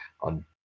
on